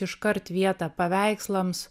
iškart vietą paveikslams